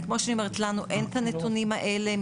כמו שאני אומרת, לנו אין את הנתונים האלה.